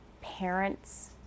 parents